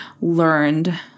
learned